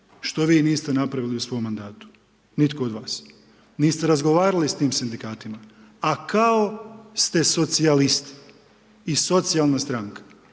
što vi niste napravili u svom mandatu nitko od vas. Niste razgovarali sa tim sindikatima, a kao ste socijalisti i socijalna stranka.